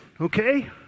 okay